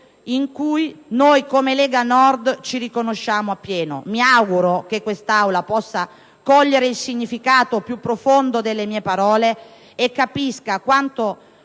in cui noi, come Lega Nord, ci riconosciamo in pieno. Mi auguro che quest'Aula possa cogliere il significato più profondo delle mie parole e capisca quanto